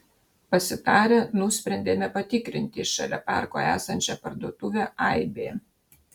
pasitarę nusprendėme patikrinti šalia parko esančią parduotuvę aibė